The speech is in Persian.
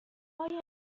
آیا